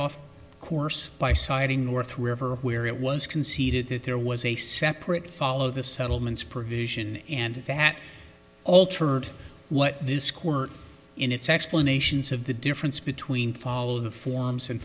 off course by citing north river where it was conceded that there was a separate follow the settlements provision and that all turned what this court in its explanations of the difference between following the forms and